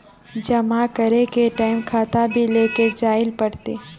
जमा करे के टाइम खाता भी लेके जाइल पड़ते?